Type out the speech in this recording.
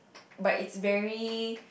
but it's very